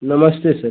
नमस्ते सर